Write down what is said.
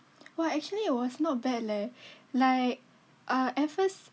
!wah! actually it was not bad leh like uh at first